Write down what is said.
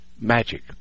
magic